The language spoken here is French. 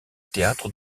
théâtre